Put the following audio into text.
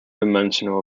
dimensional